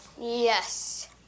Yes